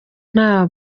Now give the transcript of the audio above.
nta